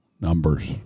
numbers